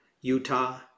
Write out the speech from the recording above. Utah